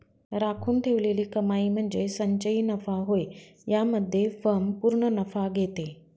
राखून ठेवलेली कमाई म्हणजे संचयी नफा होय यामध्ये फर्म पूर्ण नफा घेते